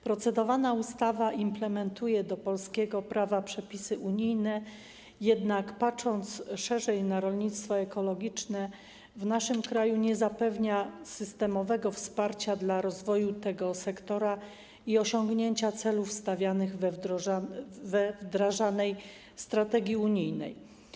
Procedowana ustawa implementuje do polskiego prawa przepisy unijne, jednak patrząc szerzej na rolnictwo ekologiczne, w naszym kraju nie zapewnia się systemowego wsparcia dla rozwoju tego sektora i osiągnięcia celów stawianych we wdrażanej strategii unijnej.